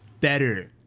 better